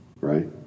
right